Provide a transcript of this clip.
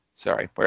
Sorry